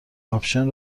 آپشن